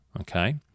okay